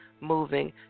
moving